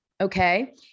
Okay